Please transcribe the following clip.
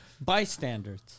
bystanders